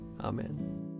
Amen